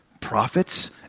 Prophets